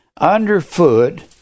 underfoot